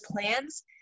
plans